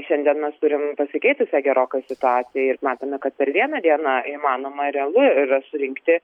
šiandien mes turim pasikeitusią gerokai situaciją ir matome kad per vieną dieną įmanoma realu yra surinkti